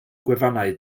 gwefannau